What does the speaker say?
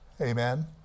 Amen